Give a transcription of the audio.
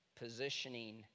positioning